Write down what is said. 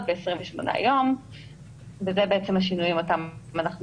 ב-28 יום וזה השינויים אותם אנחנו מבקשים.